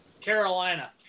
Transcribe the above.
carolina